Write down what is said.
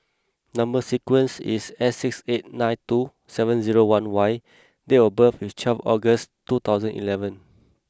number sequence is S six eight nine two seven zero one Y date of birth is twelve August two thousand eleven